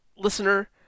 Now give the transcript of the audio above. Listener